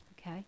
okay